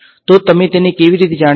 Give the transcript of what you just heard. તો તમે તેને કેવી રીતે જાણશો